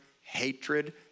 hatred